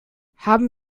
haben